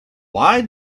why